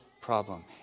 problem